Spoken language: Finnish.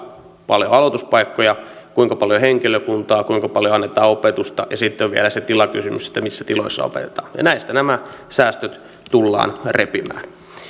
paljon on aloituspaikkoja kuinka paljon henkilökuntaa kuinka paljon annetaan opetusta ja sitten on vielä se tilakysymys että missä tiloissa opetetaan näistä nämä säästöt tullaan repimään